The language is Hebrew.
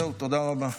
זהו, תודה רבה.